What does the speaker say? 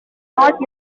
not